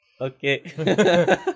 Okay